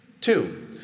Two